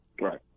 right